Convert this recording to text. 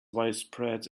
widespread